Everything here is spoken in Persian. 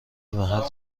محل